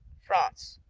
france